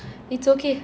it's okay